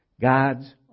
God's